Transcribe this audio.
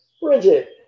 Bridget